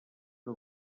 que